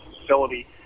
facility